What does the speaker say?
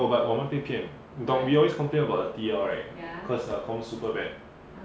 no but 我们被骗你懂 we always complain about the T_L right cause her comm super bad